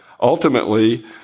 Ultimately